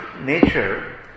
nature